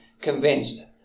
convinced